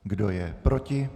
Kdo je proti?